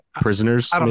Prisoners